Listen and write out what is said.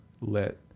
let